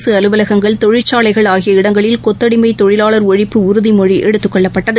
அரசுஅலுவலகங்கள் தொழிற்சாலைகள் இடங்களில் கொத்தடிமைதொழிலாளர் ஒழிப்பு ஆகிய உறுதிமொழிஎடுத்துக்கொள்ளப்பட்டது